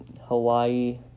Hawaii